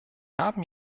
haben